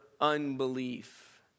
unbelief